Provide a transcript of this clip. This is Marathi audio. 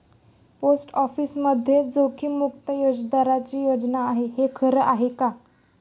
पोस्ट ऑफिसमध्ये जोखीममुक्त व्याजदराची योजना आहे, हे खरं आहे का?